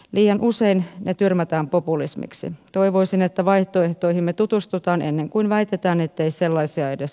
liian usein ne tyrmätään populismiksi toivoisin että vaihtoehtoihimme tutustutaan ennen kuin väitetään ettei sellaisia edes